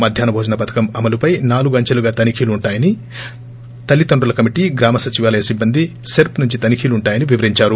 మధ్యాహ్న భోజన పథకం అమలుపై నాలుగు అంచెలుగా తనిఖీలు ఉంటాయని తల్లిదండ్రుల కమిటీ గ్రామ సచివాలయ సిబ్బంది సెర్చ్ నుంచి తనిఖీలు ఉంటాయని వివరించారు